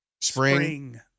spring